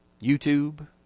YouTube